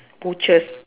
butchers